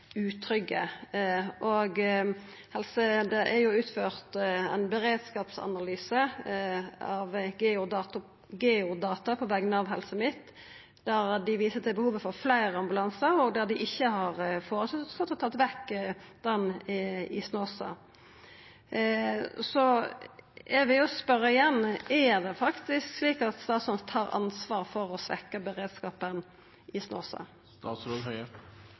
utrygge. Det er utført ein beredskapsanalyse av Geodata på vegner av Helse Midt-Noreg, der dei viser til behovet for fleire ambulansar, og dei har ikkje føreslått å ta vekk den i Snåsa. Så eg vil spørja igjen: Er det faktisk slik at statsråden tar ansvar for å svekkja beredskapen i